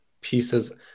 pieces